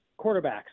quarterbacks